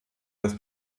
des